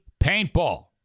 Paintball